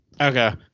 okay